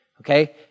Okay